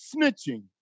snitching